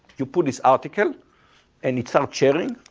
you put this article and each are sharing,